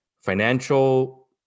Financial